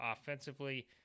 offensively